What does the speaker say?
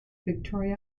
victoria